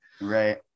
Right